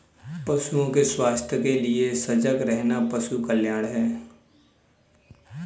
पशुओं के स्वास्थ्य के लिए सजग रहना पशु कल्याण है